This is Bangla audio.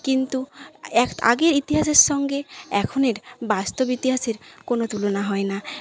কিন্তু এক আগের ইতিহাসের সঙ্গে এখনের বাস্তব ইতিহাসের কোনো তুলনা হয় না